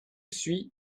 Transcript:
suis